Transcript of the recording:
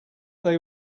they